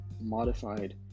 modified